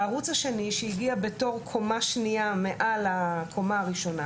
בערוץ השני שהגיע בתור קומה שנייה מעל הקומה הראשונה